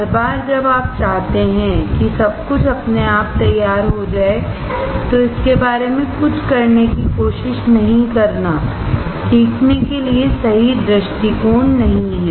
हर बार जब आप चाहते हैं कि सब कुछ अपने आप तैयार हो जाए तो इसके बारे में कुछ करने की कोशिश नहीं करना सीखने के लिए सही दृष्टिकोण नहीं है